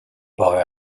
boy